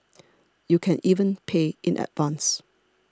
you can even pay in advance